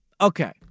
Okay